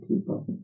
people